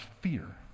fear